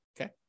okay